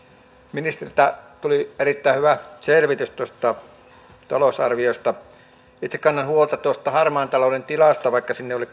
ministeriltä tuli erittäin hyvä selvitys tuosta talousarviosta itse kannan huolta tuosta harmaan talouden tilasta vaikka sinne oli